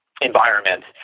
environment